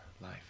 life